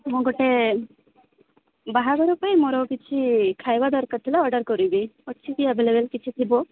ମୁଁ ଗୋଟେ ବାହାଘର ପାଇଁ ମୋର କିଛି ଖାଇବା ଦରକାର ଥିଲା ଅର୍ଡର୍ କରିବି ଅଛି କି ଆଭେଲେବଲ୍ କିଛି ଥିବ